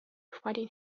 fighting